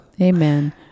Amen